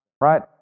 Right